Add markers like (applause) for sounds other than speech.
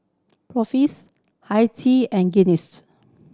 (unintelligible) Hi Tea and Guinness